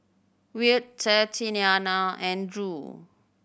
Wyatt Tatyana and Drew